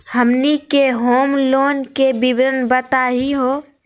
हमनी के home loan के विवरण बताही हो?